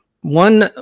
One